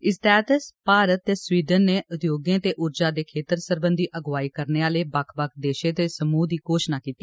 इस तैहत भारत ते स्वीडन ने उद्योगें ते उर्जा दे खेत्तर सरबंधी अगुआई करने आले बक्ख बक्ख देशे दे समूह दी घोषणा कीती